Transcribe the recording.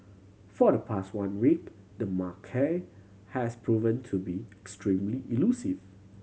for the past one week the macaque has proven to be extremely elusive